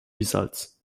results